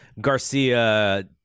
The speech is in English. Garcia